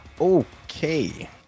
Okay